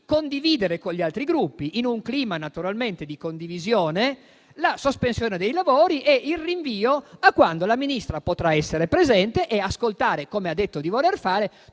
condividere con gli altri Gruppi, in un clima naturalmente di condivisione, la sospensione dei lavori e il rinvio a quando la Ministra potrà essere presente e ascoltare - come ha detto di voler fare